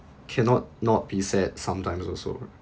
cannot not be sad sometimes also